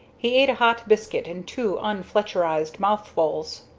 he ate a hot biscuit in two un-fletcherized mouthfuls,